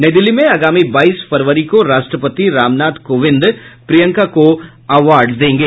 नई दिल्ली में आगामी बाईस फरवरी को राष्ट्रपति रामनाथ कोविंद प्रियंका को अवार्ड देंगे